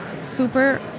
Super